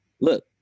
look